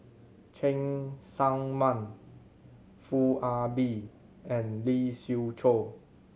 Cheng Tsang Man Foo Ah Bee and Lee Siew Choh